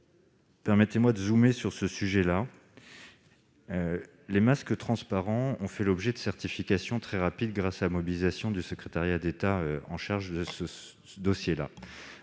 permettez-moi de « zoomer » sur ce sujet. Les masques transparents ont fait l'objet de certifications très rapides grâce à la mobilisation du secrétariat d'État chargé du dossier,